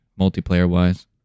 multiplayer-wise